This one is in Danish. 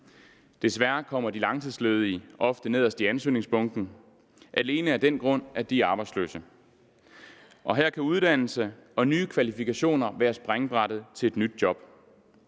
Desværre kommer de langtidsledige ofte nederst i ansøgningsbunken, alene af den grund at de er arbejdsløse. Her kan uddannelse og nye kvalifikationer være springbrættet til et nyt job.